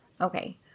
Okay